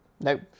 Nope